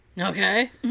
Okay